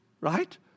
right